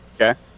Okay